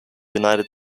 united